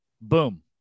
boom